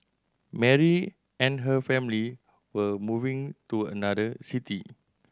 Mary and her family were moving to another city